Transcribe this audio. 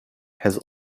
has